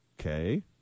Okay